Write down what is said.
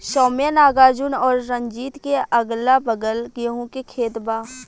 सौम्या नागार्जुन और रंजीत के अगलाबगल गेंहू के खेत बा